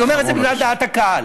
אני אומר את זה בגלל דעת הקהל.